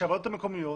שהרשויות המקומיות